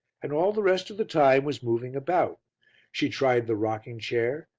and all the rest of the time was moving about she tried the rocking-chair,